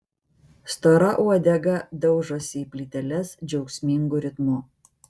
stora uodega daužosi į plyteles džiaugsmingu ritmu